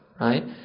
right